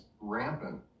rampant